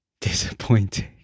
Disappointing